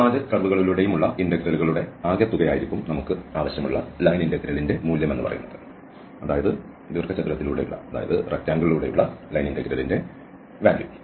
ഈ നാല് കർവുകളിലൂടെയും ഉള്ള ഇന്റഗ്രൽകളുടെ ആകെത്തുക യായിരിക്കും നമുക്ക് ആവശ്യമുള്ള ലൈൻ ഇന്റഗ്രൽന്റെ മൂല്യം അതായത് ദീർഘ ചതുരത്തിലൂടെ ഉള്ള ലൈൻ ഇന്റഗ്രൽന്റെ മൂല്യം